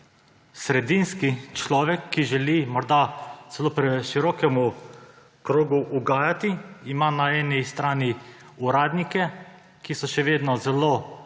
sredinski človek, ki želi morda celo preširokemu krogu ugajati, ima na eni strani uradnike, ki so še vedno zelo